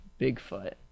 Bigfoot